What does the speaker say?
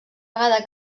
vegada